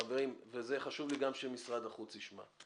חברים, וחשוב לי גם שמשרד החוץ ישמע.